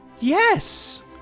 Yes